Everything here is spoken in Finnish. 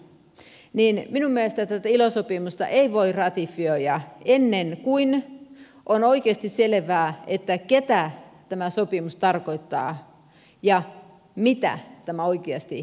minun mielestäni tätä ilo sopimusta ei voi ratifioida ennen kuin on oikeasti selvää ketä tämä sopimus tarkoittaa ja mitä tämä oikeasti sisältää